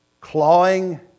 Clawing